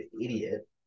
idiot